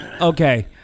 Okay